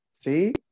See